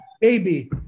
baby